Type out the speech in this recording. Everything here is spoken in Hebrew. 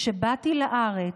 אני זוכרת, כשבאתי לארץ,